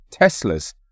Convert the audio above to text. Teslas